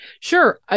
Sure